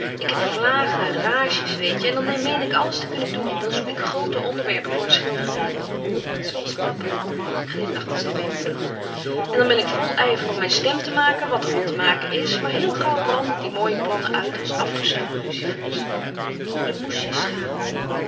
ik heb vlagen rages weet je en dan meen ik alles te kunnen doen dan zoek ik groote onderwerpen voor een schilderij zooals papa glimlachte zij weemoedig en dan ben ik vol ijver om van mijn stem te maken wat er van te maken is maar heel gauw branden die mooie plannen uit als afgestoken lucifers je moest je schamen